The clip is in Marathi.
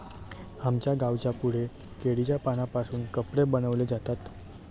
आमच्या गावाच्या पुढे केळीच्या पानांपासून कपडे बनवले जातात